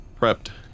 Prepped